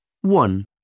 One